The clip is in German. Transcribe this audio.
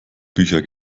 bücher